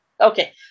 Okay